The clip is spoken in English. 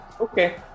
Okay